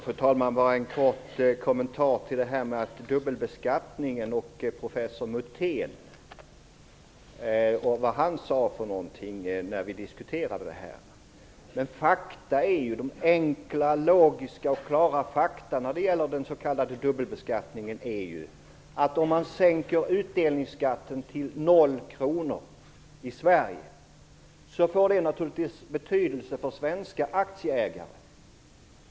Fru talman! Bara en kort kommentar till frågan om dubbelbeskattningen och professor Mutén och vad han sade när vi diskuterade frågan. De enkla, logiska och klara fakta när det gäller den s.k. dubbelbeskattningen är ju att om man i Sverige sänker utdelningsskatten till 0 kr får det naturligtvis betydelse för svenska aktieägare.